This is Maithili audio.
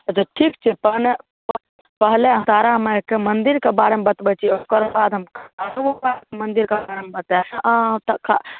अच्छा ठीक छै तहन पहिले हम तारा माइके मन्दिरके बारेमे बतबै छी ओकर बाद हम कारू बाबा मन्दिरके बारेमे बताएब अहाँ ओतऽ